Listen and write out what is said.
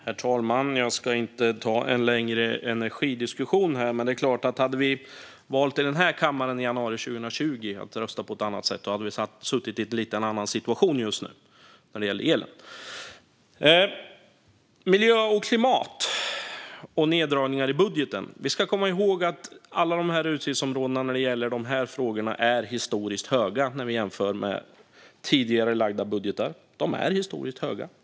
Herr talman! Jag ska inte ta någon längre energidiskussion, men hade vi valt att rösta på ett annat sätt i den här kammaren i januari 2020 hade vi självklart suttit i en lite annan situation just nu när det gäller elen. När det gäller miljö och klimat och neddragningar i budgeten ska vi komma ihåg att nivåerna är historiskt höga när det gäller de här frågorna inom alla dessa utgiftsområden i jämförelse med tidigare budgetar.